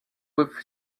with